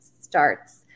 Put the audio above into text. starts